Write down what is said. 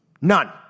None